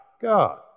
God